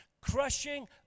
crushing